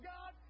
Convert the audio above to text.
God